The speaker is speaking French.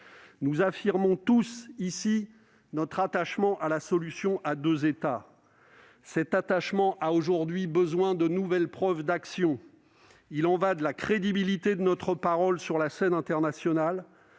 Nous affirmons tous ici notre attachement à la solution à deux États. Cet attachement doit aujourd'hui se prouver par l'action. Il y va de la crédibilité de notre parole sur la scène internationale,